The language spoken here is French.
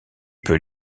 peux